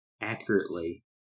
accurately